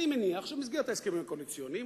אני מניח שבמסגרת ההסכמים הקואליציוניים